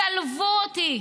צלבו אותי,